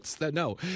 No